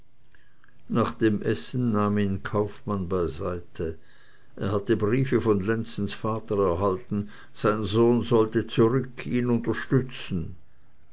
nach dem essen nahm ihn kaufmann beiseite er hatte briefe von lenzens vater erhalten sein sohn sollte zurück ihn unterstützen